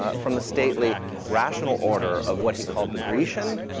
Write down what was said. ah from the stately rational order of what he called the grecian,